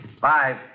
Five